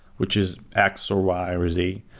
which is x, or y, or z,